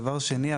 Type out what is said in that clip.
דבר שני,